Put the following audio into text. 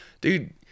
dude